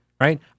right